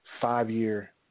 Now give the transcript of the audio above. five-year